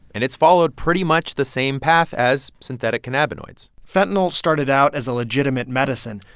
and it's followed pretty much the same path as synthetic cannabinoids fentanyl started out as a legitimate medicine,